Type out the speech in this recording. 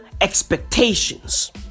Expectations